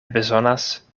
bezonas